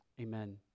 Amen